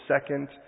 second